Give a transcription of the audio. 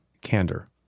candor